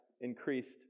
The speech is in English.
increased